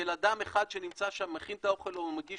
של אדם אחד שנמצא שם מכין את האוכל או מגיש